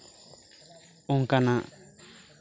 ᱚᱱᱠᱟᱱᱟᱜ